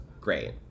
great